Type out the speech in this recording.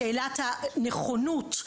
שאלת הנכונות,